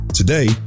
Today